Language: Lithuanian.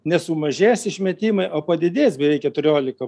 nesumažės išmetimai o padidės beveik keturiolika